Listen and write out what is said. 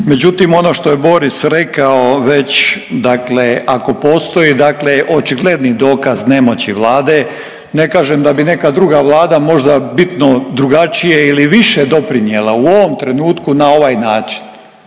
međutim ono što je Boris rekao već dakle ako postoji dakle očigledni dokaz nemoći Vlade, ne kažem da bi neka druga Vlada možda bitno drugačije ili više doprinijela u ovom trenutku na ovaj način.